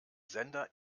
sender